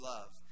Love